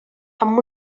amb